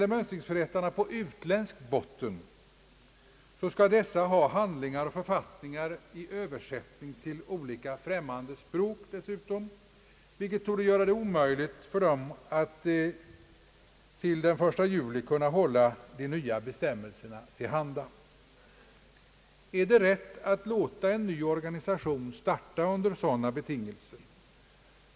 Mönstringsförrättarna på utländsk botten skall ha handlingar och författningar, i Översättning till olika främmande språk dessutom, vilket torde göra det omöjligt för dem att till den 1 juli kunna hålla de nya bestämmelserna till handa. Är det rätt att låta en ny organisation starta under sådana betingelser?